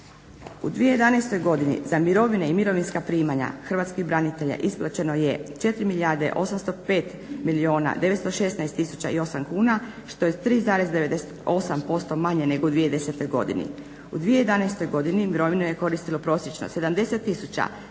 U 2011. godini za mirovine i mirovinska primanja hrvatskih branitelja isplaćeno je 4 milijarde 805 milijuna 916 tisuća i 8 kuna što je 3,98% posto manje nego u 2010. godini. U 2011. godini mirovinu je koristilo prosječno 70117